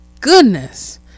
goodness